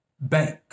Bank